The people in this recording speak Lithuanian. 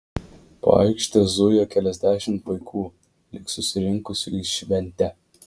po aikštę zujo keliasdešimt vaikų lyg susirinkusių į šventę